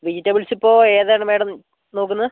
vegetables ഇപ്പോൾ ഏതാണ് madam നോക്കുന്നത്